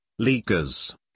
leakers